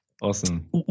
Awesome